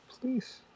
please